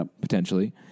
potentially